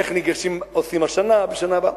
איך ניגשים ואיך עושים השנה ובשנה הבאה.